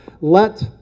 Let